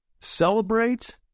celebrate